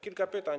Kilka pytań.